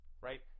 right